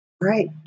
Right